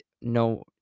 no